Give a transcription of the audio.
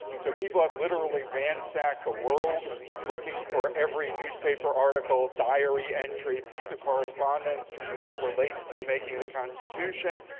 so people have literally ransacked the world looking for every newspaper article, diary entry, piece of correspondence that relates to the making of the constitution.